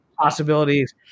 possibilities